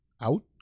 out